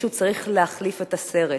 מישהו צריך להחליף את הסרט.